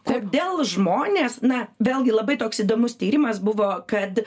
kodėl žmonės na vėlgi labai toks įdomus tyrimas buvo kad